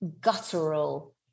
guttural